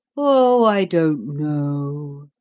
oh, i don't know,